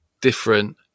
different